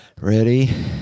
ready